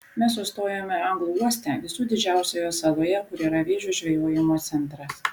mes sustojome anglų uoste visų didžiausioje saloje kur yra vėžių žvejojimo centras